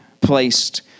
placed